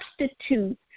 substitute